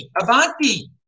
Avanti